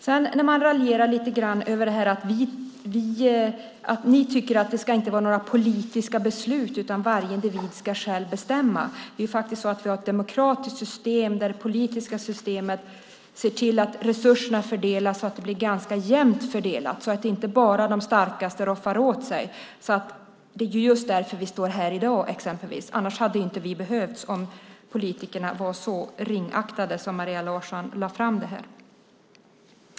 Man kan raljera lite grann över att ni tycker att det inte ska vara några politiska beslut utan varje individ ska bestämma själv. Det är faktiskt så att vi har ett demokratiskt system där det politiska systemet ser till att resurserna fördelas så att det blir ganska jämnt, så att inte bara de starkaste roffar åt sig. Det är just därför vi står här i dag exempelvis. Vi hade inte behövts om politikerna hade varit så ringaktade som Maria Larsson lade fram det här.